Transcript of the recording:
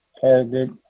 Target